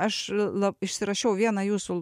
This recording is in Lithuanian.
aš la išsirašiau vieną jūsų